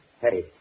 Hey